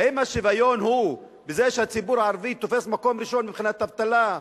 האם השוויון הוא בזה שהציבור הערבי תופס מקום ראשון מבחינת אבטלה,